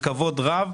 רב,